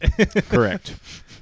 Correct